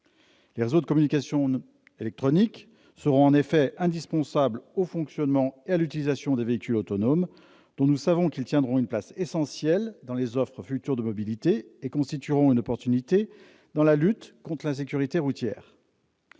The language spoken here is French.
Les réseaux de communications électroniques seront en effet indispensables au fonctionnement des véhicules autonomes, dont nous savons qu'ils tiendront une place essentielle dans les offres futures de mobilité et constitueront un atout dans la lutte contre l'insécurité routière.